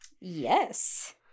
Yes